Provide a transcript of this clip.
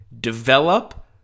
develop